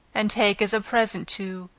and take as a present to,